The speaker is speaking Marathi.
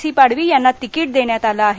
सी पाडवी यांना तिकीट देण्यात आलं आहे